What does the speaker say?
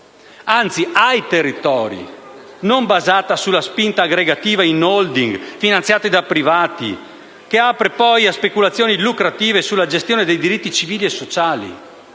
(anzi ai territori), non basata sulla spinta aggregativa in *holding* finanziate da privati che apre poi a speculazioni lucrative sulla gestione dei diritti civili e sociali.